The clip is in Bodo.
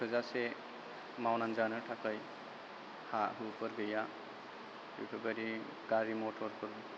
थोजासे मावनानै जानो थाखाय हा हुफोर गैया बेफोरबायदि गारि मटरफोर